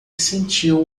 sentiu